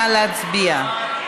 נא להצביע.